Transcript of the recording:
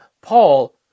Paul